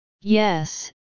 Yes